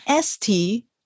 ST